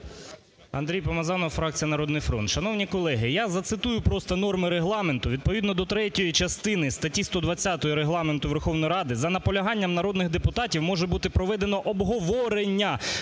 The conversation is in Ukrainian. Андрій Помазанов, фракція "Народний фронт".